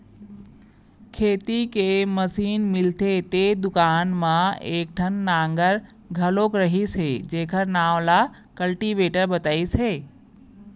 खेती के मसीन मिलथे तेन दुकान म एकठन नांगर घलोक रहिस हे जेखर नांव ल कल्टीवेटर बतइस हे